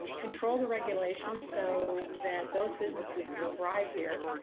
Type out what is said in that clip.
um control the regulations so that those businesses can thrive here.